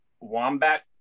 Wombat